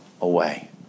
away